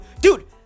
dude